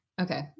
Okay